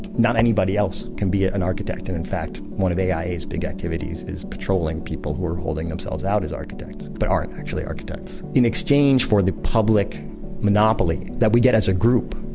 not anybody else can be an architect and in fact, one of aia's big activities is patrolling people who are holding themselves out as architects but aren't actually architects. in exchange for the public monopoly that we get as a group,